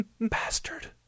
Bastard